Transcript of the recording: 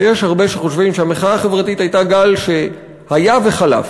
ויש הרבה שחושבים שהמחאה החברתית הייתה גל שהיה וחלף.